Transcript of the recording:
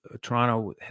Toronto